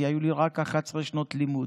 כי היו לי רק 11 שנות לימוד.